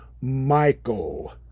michael